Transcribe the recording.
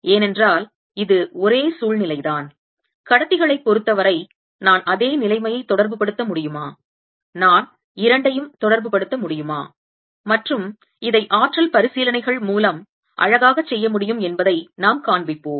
ஏனென்றால் இது ஒரே சூழ்நிலைதான் கடத்திகளைப் பொறுத்தவரை நான் அதே நிலைமையை தொடர்புபடுத்த முடியுமா நான் இரண்டையும் தொடர்புபடுத்த முடியுமா மற்றும் இதை ஆற்றல் பரிசீலனைகள் மூலம் அழகாக செய்ய முடியும் என்பதை நாம் காண்பிப்போம்